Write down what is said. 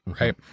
right